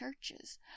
churches